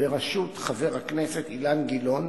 בראשות חבר הכנסת אילן גילאון